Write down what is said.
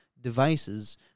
devices